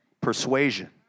persuasion